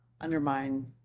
undermine